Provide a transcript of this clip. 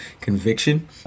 conviction